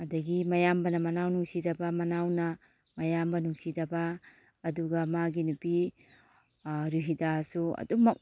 ꯑꯗꯒꯤ ꯃꯌꯥꯝꯕꯅ ꯃꯅꯥꯎ ꯅꯨꯡꯁꯤꯗꯕ ꯃꯅꯥꯎꯅ ꯃꯌꯥꯝꯕ ꯅꯨꯡꯁꯤꯗꯕ ꯑꯗꯨꯒ ꯃꯥꯒꯤ ꯅꯨꯄꯤ ꯔꯨꯍꯤꯗꯥꯁꯨ ꯑꯗꯨꯝꯃꯛ